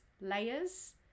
layers